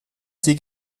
sie